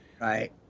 right